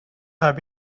have